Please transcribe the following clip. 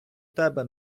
тебе